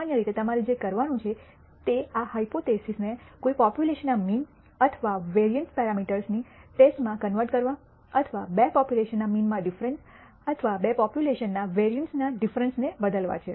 સામાન્ય રીતે તમારે જે કરવાનું છે તે આ હાયપોથીસિસ ને કોઈ પોપ્યુલેશનના મીન અથવા વેરિઅન્સ પેરામીટર્સની ટેસ્ટ માં કન્વર્ટ કરવા અથવા બે પોપ્યુલેશનના મીનમાં ડિફરન્સ અથવા બે પોપ્યુલેશનના વેરિઅન્સના ડિફરન્સ ને બદલવા છે